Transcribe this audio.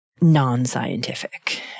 non-scientific